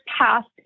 passed